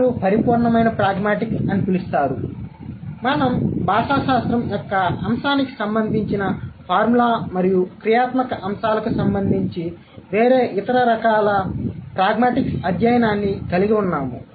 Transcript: వారు పరిపూర్ణమైన ప్రాగ్మాటిక్స్ అని పిలుస్తారు మరియు మనం భాషాశాస్త్రం యొక్క అంశానికి సంబంధించిన ఫార్ములా మరియు క్రియాత్మక అంశాలకు సంబంధించి వేరే ఇతర రకాల ప్రాగ్మాటిక్స్ అధ్యయనాన్ని కలిగి ఉన్నాము